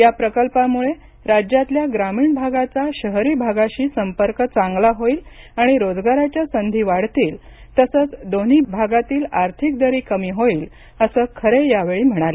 या प्रकल्पामुळे राज्यातल्या ग्रामीण भागाचा शहरी भागाशी संपर्क चांगला होईल आणि रोजगाराच्या संधी वाढतील तसंच दोन्ही भागातील आर्थिक दरी कमी होईल असं खरे यावेळी म्हणाले